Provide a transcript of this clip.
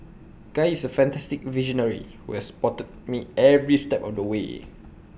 guy is A fantastic visionary who has supported me every step of the way